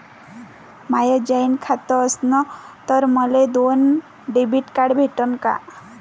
माय joint खातं असन तर मले दोन डेबिट कार्ड भेटन का?